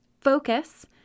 focus